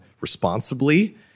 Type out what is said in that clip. responsibly